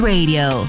Radio